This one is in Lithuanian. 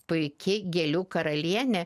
puiki gėlių karalienė